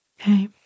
Okay